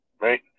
Right